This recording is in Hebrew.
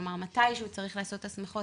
כלומר מתישהו צריך לעשות הסמכות.